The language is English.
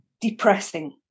depressing